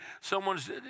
someone's